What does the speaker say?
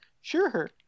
Sure